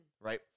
right